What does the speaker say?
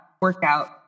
workout